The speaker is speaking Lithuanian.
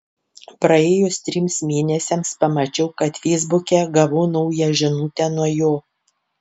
praėjus trims mėnesiams pamačiau kad feisbuke gavau naują žinutę nuo jo